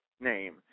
name